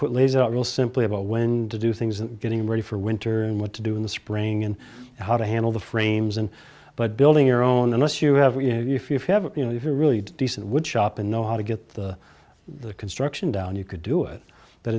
put lays out real simply about when to do things getting ready for winter and what to do in the spring and how to handle the frames and but building your own unless you have if you have a you know it's a really decent wood shop and know how to get the construction down you could do it that